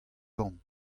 kant